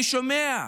אני שומע,